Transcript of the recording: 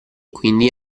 quindi